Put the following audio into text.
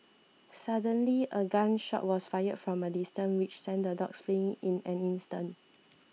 suddenly a gunshot was fired from a distance which sent the dogs fleeing in an instant